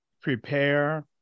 prepare